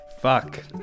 Fuck